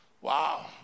Wow